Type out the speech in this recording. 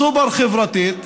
סופר-חברתית,